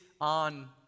on